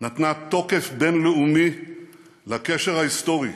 נתנה תוקף בין-לאומי לקשר ההיסטורי